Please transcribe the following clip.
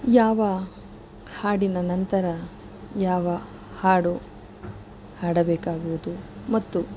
ಯಾವ ಹಾಡಿನ ನಂತರ ಯಾವ ಹಾಡು ಹಾಡಬೇಕಾಗುವುದು ಮತ್ತು